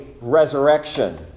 resurrection